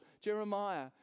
Jeremiah